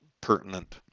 pertinent